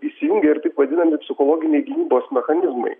įsijungia ir taip vadinami psichologiniai gynybos mechanizmai